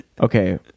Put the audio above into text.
Okay